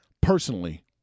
personally